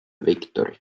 victory